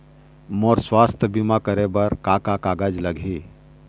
मोर स्वस्थ बीमा करे बर का का कागज लगही?